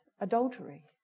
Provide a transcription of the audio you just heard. adultery